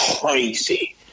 crazy